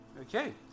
Okay